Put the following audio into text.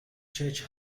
church